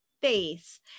face